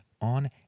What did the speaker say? On